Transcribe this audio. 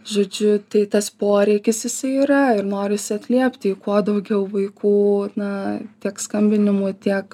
žodžiu tai tas poreikis jisai yra ir norisi atliepti į kuo daugiau vaikų na tiek skambinimų tiek